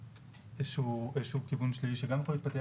איזה שהוא כיוון שלילי שגם יכול להתפתח,